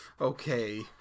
Okay